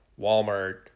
Walmart